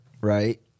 right